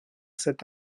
cet